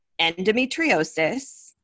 endometriosis